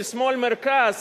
של שמאל מרכז,